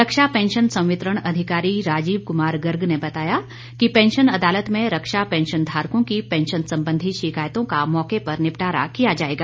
रक्षा pension संवितरण अधिकारी राजीव कुमार गर्ग ने बताया कि पैंशन अदालत में रक्षा पैंशनधारकों की पैंशन संबंधी शिकायतों का मौके पर निपटारा किया जाएगा